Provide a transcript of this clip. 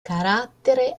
carattere